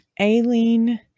Aileen